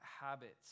habits